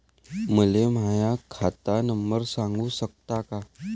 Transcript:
मले माह्या खात नंबर सांगु सकता का?